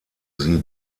sie